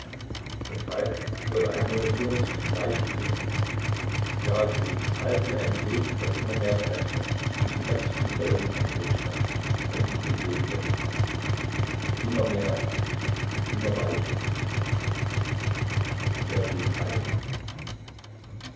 und falk hörte ein monotones weiches singen ja singen halb wie ein gebet das immer mehr verebbte wie die letzten wellen am seestrand wenn sich die see glättet immer mehr immer weicher er schlief ein